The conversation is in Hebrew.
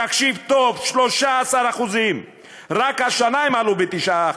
תקשיב טוב: 13%. רק השנה הם עלו ב-9%.